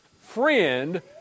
friend